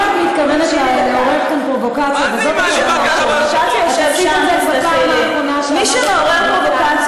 את חושבת, אבל הפריעו לי, ויש פה איזשהו הרגל שלא